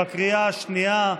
בקריאה השנייה.